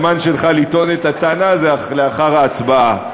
הזמן שלך לטעון את הטענה זה לאחר ההצבעה.